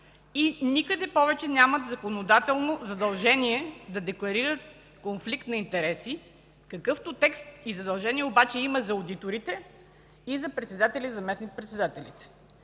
и никъде повече нямат законодателно задължение да декларират конфликт на интереси, какъвто текст и задължение обаче има за одиторите, за председателите и заместник-председателите.